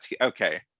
okay